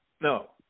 No